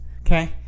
Okay